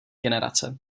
generace